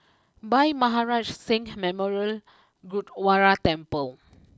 Bhai Maharaj Singh Memorial Gurdwara Temple